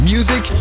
Music